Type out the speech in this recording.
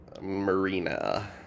Marina